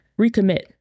recommit